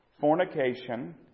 fornication